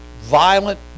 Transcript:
violent